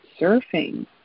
surfing